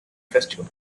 festival